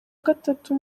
gatatu